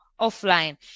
offline